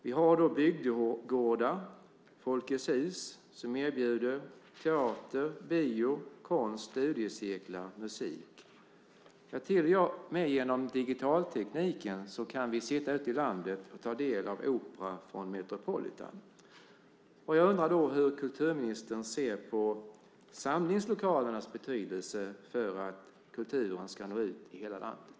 Vi har bygdegårdar och Folkets hus som erbjuder teater, bio, konst, studiecirklar och musik. Genom digitaltekniken kan vi till och med sitta ute i landet och ta del av opera från Metropolitan. Jag undrar hur kulturministern ser på samlingslokalernas betydelse för att kulturen ska nå ut i hela landet.